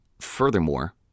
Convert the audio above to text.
Furthermore